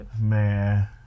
Man